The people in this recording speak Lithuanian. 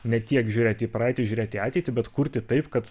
ne tiek žiūrėti į praeitį žiūrėti į ateitį bet kurti taip kad